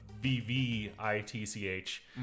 V-V-I-T-C-H